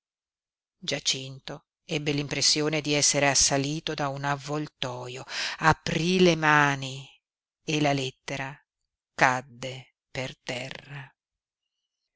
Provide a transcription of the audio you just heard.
giacinto ebbe l'impressione di essere assalito da un avvoltoio aprí le mani e la lettera cadde per terra